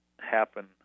happen